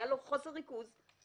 חוסר ריכוז.